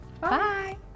Bye